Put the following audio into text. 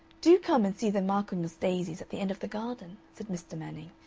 do come and see the michaelmas daisies at the end of the garden, said mr. manning,